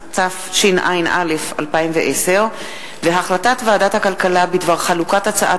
התשע”א 2010. החלטת ועדת הכלכלה בדבר חלוקת הצעת